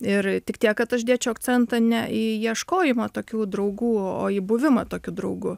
ir tik tiek kad aš dėčiau akcentą ne į ieškojimą tokių draugų o į buvimą tokiu draugu